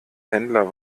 händler